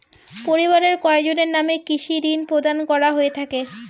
পরিবারের কয়জনের নামে কৃষি ঋণ প্রদান করা হয়ে থাকে?